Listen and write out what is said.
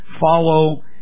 Follow